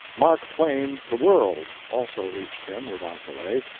mark twain, the world, also reached him without delay,